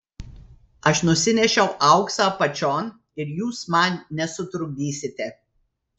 aš nusinešiau auksą apačion ir jūs man nesutrukdysite